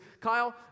Kyle